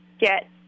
get